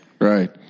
Right